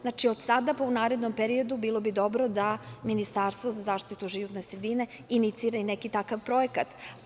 Znači, od sada, pa u narednom periodu bilo bi dobro da Ministarstvo za zaštitu životne sredine inicira i neki takav projekat.